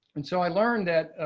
and so i learned that